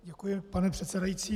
Děkuji, pane předsedající.